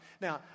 Now